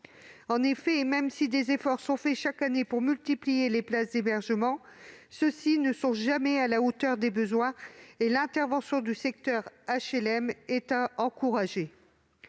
En effet, si des efforts sont faits chaque année pour multiplier ces places, ils ne sont cependant jamais à la hauteur des besoins. L'intervention du secteur HLM est donc à encourager.